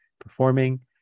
performing